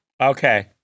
Okay